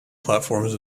platforms